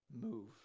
move